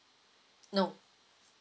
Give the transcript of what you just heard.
no